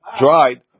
dried